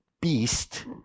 beast